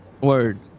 Word